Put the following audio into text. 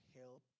help